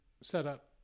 setup